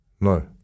No